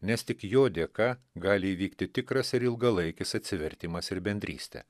nes tik jo dėka gali įvykti tikras ir ilgalaikis atsivertimas ir bendrystė